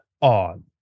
on